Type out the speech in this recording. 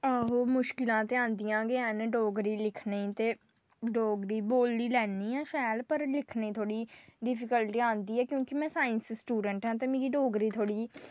आहो मुश्कलां ते औंदियां गै न डोगरी लिखने ई ते डोगरी बोल्ली लैन्नी आं शैल पर लिखने ई थोह्ड़ी डिफिकल्टी औंदी ऐ क्योंकि में साईंस दी स्टूडैंट आं ते मिगी डोगरी थोह्ड़ी